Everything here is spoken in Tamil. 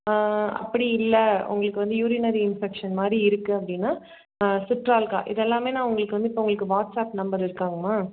அப்படி இல்லை உங்களுக்கு வந்து யூரினரி இன்ஃபெக்ஷன் மாதிரி இருக்குது அப்படின்னா சிட்ரால்கா இதெல்லாமே நான் உங்களுக்கு வந்து இப்போ உங்களுக்கு வாட்ஸ்ஆப் நம்பர் இருக்காங்மா